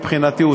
מבחינתי,